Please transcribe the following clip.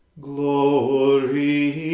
Glory